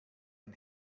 ein